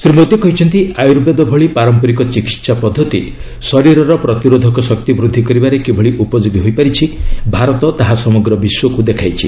ଶ୍ରୀ ମୋଦୀ କହିଛନ୍ତି ଆର୍ୟୁବେଦ ଭଳି ପାରମ୍ପରିକ ଚିକିତ୍ସା ପଦ୍ଧତି ଶରୀରର ପ୍ରତିରୋଧକ ଶକ୍ତି ବୃଦ୍ଧି କରିବାରେ କିଭଳି ଉପଯୋଗୀ ହୋଇପାରିଛି ଭାରତ ତାହା ସମଗ୍ର ବିଶ୍ୱକୁ ଦେଖାଇଛି